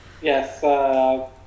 Yes